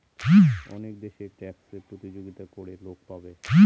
অনেক দেশে ট্যাক্সে প্রতিযোগিতা করে লোক পাবে